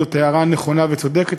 זאת הערה נכונה וצודקת,